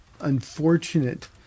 unfortunate